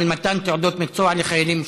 על מתן תעודות מקצוע לחיילים משוחררים.